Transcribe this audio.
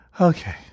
Okay